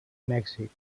mèxic